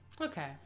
okay